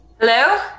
Hello